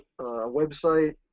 website